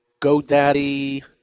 GoDaddy